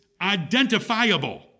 identifiable